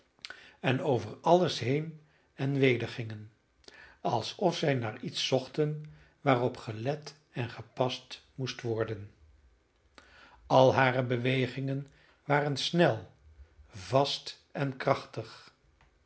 en over alles heen en weder gingen alsof zij naar iets zochten waarop gelet en gepast moest worden al hare bewegingen waren snel vast en krachtig